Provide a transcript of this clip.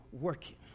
working